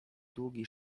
długi